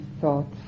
thoughts